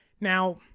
Now